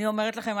אני אומרת לכם,